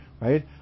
Right